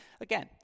again